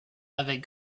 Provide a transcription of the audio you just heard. avec